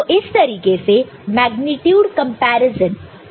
तो इस तरीके से मेग्नीट्यूड कंपैरिजन होता है